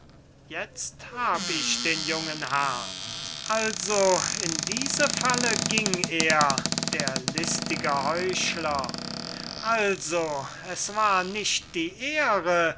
jetzt hab ich den jungen herrn also in diese falle ging er der listige heuchler also es war nicht die ehre